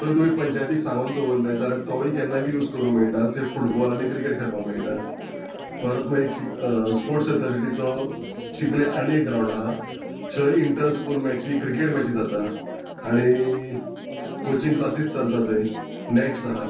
थंय तुवें पंचायतीक सांगून दवरलें जाल्यार तोय केन्नाय बी यूज करूंक मेयटा थंय फुटबॉल आनी क्रिकेट खेळपाक मेयटा परत मागीर चिक स्पोर्ट्स अथोरिटीचो चिकले आनी एक ग्रावंड आहा छय इंटर स्कूल मॅची क्रिकेट मॅची जाता आनी कोचिंग क्लासीस चलता थंय नॅट्स आहात